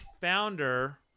founder